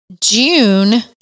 June